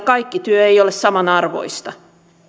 kaikki työ ei ole samanarvoista